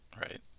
right